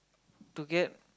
to get